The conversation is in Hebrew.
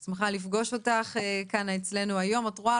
אני שמחה לפגוש אותך כאן אצלינו היום, את רואה?